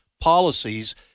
policies